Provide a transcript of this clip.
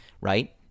right